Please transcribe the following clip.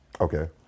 okay